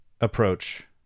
approach